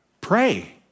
Pray